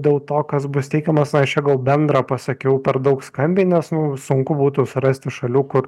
dėl to kas bus teikiamas na aš čia gal bendrą pasakiau per daug skambiai nes nu sunku būtų surasti šalių kur